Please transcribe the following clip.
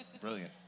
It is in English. brilliant